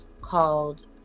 called